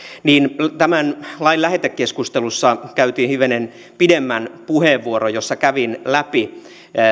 tämän lain lähetekeskustelussa käytin hivenen pidemmän puheenvuoron jossa kävin asiaa läpi